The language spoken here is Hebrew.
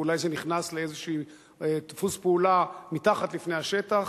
ואולי זה נכנס לאיזה דפוס פעולה מתחת לפני השטח,